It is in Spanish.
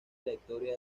trayectoria